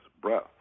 breath